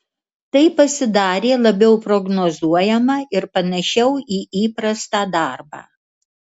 tai pasidarė labiau prognozuojama ir panašiau į įprastą darbą